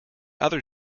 other